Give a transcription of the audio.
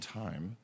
time